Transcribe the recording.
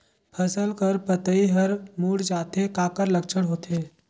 फसल कर पतइ हर मुड़ जाथे काकर लक्षण होथे?